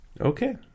Okay